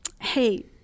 hey